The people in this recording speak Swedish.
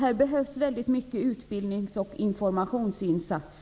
Här behövs många utbildnings och informationsinsatser.